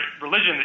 religion